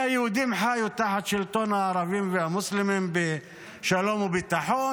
היהודים חיו תחת שלטון הערבים והמוסלמים בשלום ובביטחון,